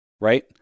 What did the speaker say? right